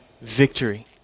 victory